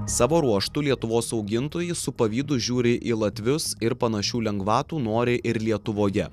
savo ruožtu lietuvos augintojai su pavydu žiūri į latvius ir panašių lengvatų nori ir lietuvoje